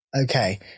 Okay